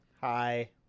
Hi